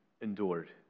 endured